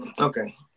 Okay